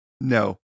No